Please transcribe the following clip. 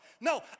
No